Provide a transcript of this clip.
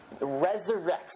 resurrects